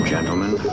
Gentlemen